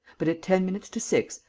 but, at ten minutes to six,